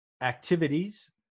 activities